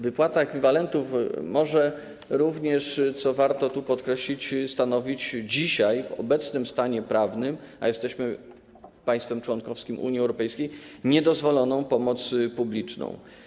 Wypłata ekwiwalentów może również, co warto tu podkreślić, stanowić dzisiaj, w obecnym stanie prawnym - jesteśmy państwem członkowskim Unii Europejskiej - niedozwoloną pomoc publiczną.